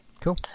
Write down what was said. Cool